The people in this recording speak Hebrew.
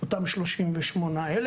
אותם 38,000,